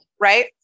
Right